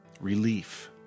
Relief